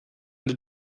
the